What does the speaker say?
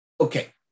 Okay